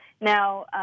Now